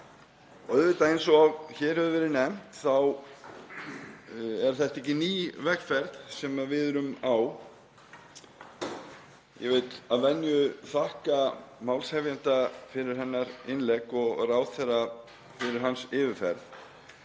Auðvitað, eins og hér hefur verið nefnt, er þetta ekki ný vegferð sem við erum á. Ég vil að venju þakka málshefjanda fyrir hennar innlegg og ráðherra fyrir hans yfirferð.